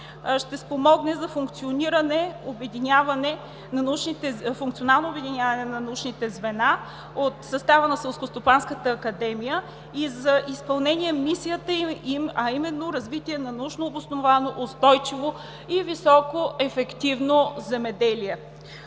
ще спомогне за функционално обединяване на научните звена от състава на Селскостопанската академия и за изпълнение мисията им, а именно развитие на научнообосновано устойчиво и високо ефективно земеделие.